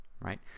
right